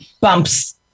bumps